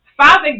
Father